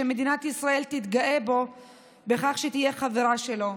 שמדינת ישראל תתגאה בכך שתהיה חברה בו.